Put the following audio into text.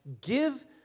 give